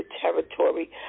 territory